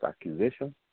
accusation